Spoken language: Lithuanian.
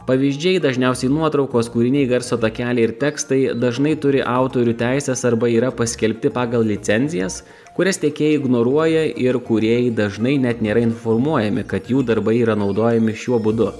pavyzdžiai dažniausiai nuotraukos kūriniai garso takeliai ir tekstai dažnai turi autorių teises arba yra paskelbti pagal licenzijas kurias tiekėjai ignoruoja ir kūrėjai dažnai net nėra informuojami kad jų darbai yra naudojami šiuo būdu